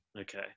Okay